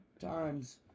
Times